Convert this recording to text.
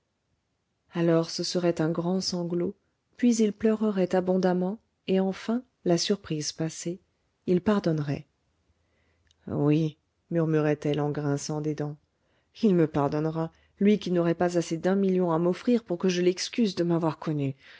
alors ce serait un grand sanglot puis il pleurerait abondamment et enfin la surprise passée il pardonnerait oui murmurait-elle en grinçant des dents il me pardonnera lui qui n'aurait pas assez d'un million à m'offrir pour que je l'excuse de m'avoir connue